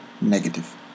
negative